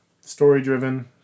Story-driven